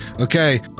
okay